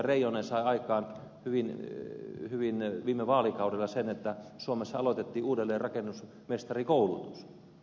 reijonen sai aikaan hyvin viime vaalikaudella sen että suomessa aloitettiin uudelleen rakennusmestarikoulutus